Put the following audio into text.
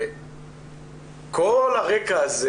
וכל הרקע הזה